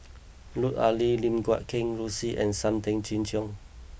Lut Ali Lim Guat Kheng Rosie and Sam Tan Chin Siong